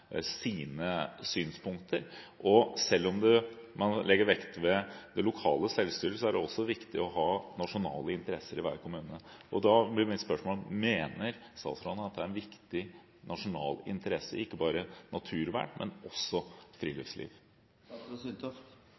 sine synspunkter, og selv om man legger vekt på det lokale selvstyret, er det også viktig å ha nasjonale interesser i hver kommune. Da blir mitt spørsmål: Mener statsråden at dette er av viktig nasjonal interesse, ikke bare naturvern, men også